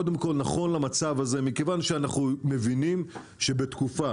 נכון למצב הזה, מכיוון שאנחנו מבינים שבתקופה